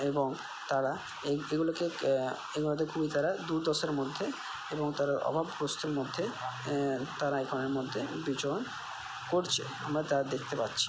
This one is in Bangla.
এবং তারা এই এগুলোকে এগুলোতে খুবই তারা দুর্দশার মধ্যে এবং তারা অভাব কষ্টের মধ্যে তারা এ মধ্যে বিচরণ করছে আমরা তা দেখতে পাচ্ছি